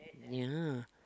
you know the